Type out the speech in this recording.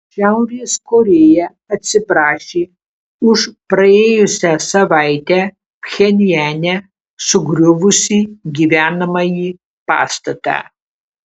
šiaurės korėja atsiprašė už praėjusią savaitę pchenjane sugriuvusį gyvenamąjį pastatą